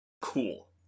Cool